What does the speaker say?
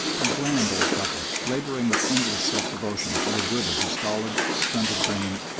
a grand old couple labouring with endless self-devotion for the good of the stolid, stunted-brained,